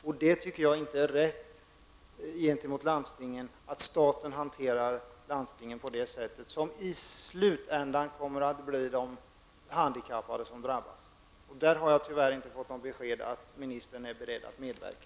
Jag tycker inte att det är rätt gentemot landstingen att staten hanterar landstingen på ett sådant här sätt. I slutändan kommer de handikappade att drabbas. Jag har tyvärr inte fått något besked om att ministern är beredd att medverka.